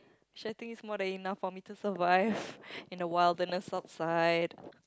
should I think this is more than enough for me to survive in the wilderness outside